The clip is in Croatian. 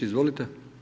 Izvolite.